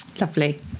Lovely